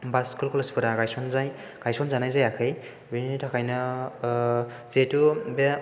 एबा school college फोरा गायसनजानाय जायाखै बेनिथाखायनो जिहेथु बे